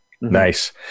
Nice